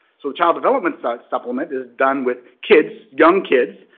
so the child development so supplement is done with kids, young kids,